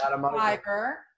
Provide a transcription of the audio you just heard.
fiber